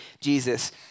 Jesus